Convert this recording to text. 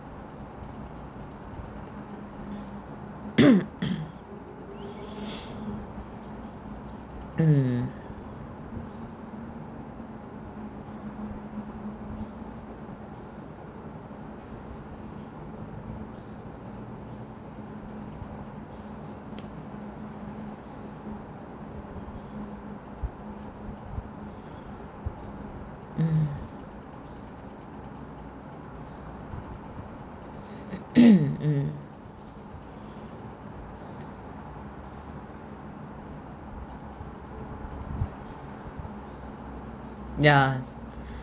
mm mm ya